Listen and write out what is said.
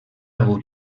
hagut